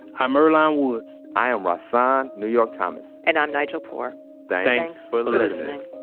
i'm earlonne woods i am rahsaan new york thomas and i'm nigel poor thanks for listening